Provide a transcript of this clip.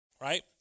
right